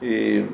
ഈ